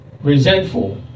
resentful